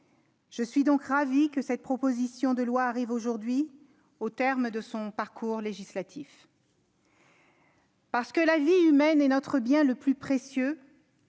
Je suis ravie que cette proposition de loi arrive aujourd'hui au terme de son parcours législatif. Parce que la vie humaine est notre bien le plus précieux,